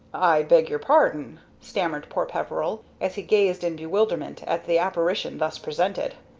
i beg your pardon, stammered poor peveril, as he gazed in bewilderment at the apparition thus presented.